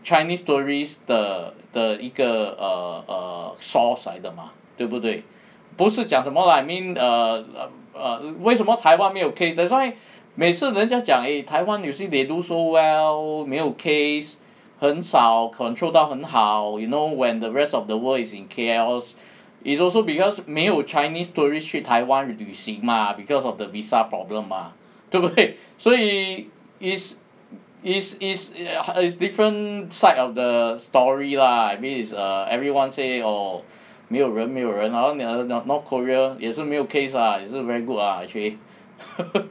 chinese tourists 的的一个 err source 来的 mah 对不对不是讲什么 lah I mean err err err 为什么台湾没有 case that's why 每次人家讲 eh 台湾 you see they do so well 没有 case 很少 control 到很好 you know when the rest of the world is in chaos it's also because 没有 chinese tourists 去台湾旅行 mah because of the visa problem mah 对不对所以 is is is is different side of the story lah I mean it's err everyone say oh 没有人没有人好像你 north korea 也是没有 case ah 也是 very good ah actually